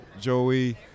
Joey